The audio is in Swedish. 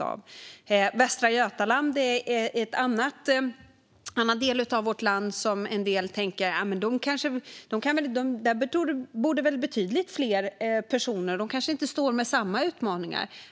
Om Västra Götaland tänker nog en del att där bor det betydligt fler personer, så de borde inte ha samma utmaningar.